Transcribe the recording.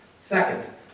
Second